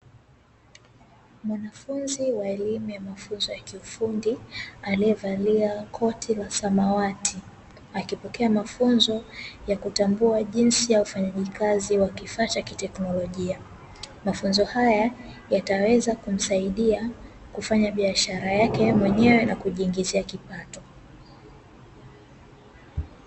Mwanafunzi wa elimu ya mafunzo ya kiufundi aliyevalia koti la samawati, akipokea mafunzo ya kutambua jinsi ya ufajikazi ya kifaa cha kiteknolojia. Mafunzo haya yataweza kumsaidia kufanya biashara yake yeye mwenyewe na kujiingizia kipato.